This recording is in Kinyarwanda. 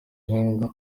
gihingwa